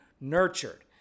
nurtured